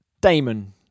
Damon